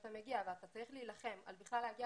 כשאתה מגיע ואתה צריך להילחם על בכלל להגיע